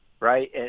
Right